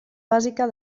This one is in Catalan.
bàsica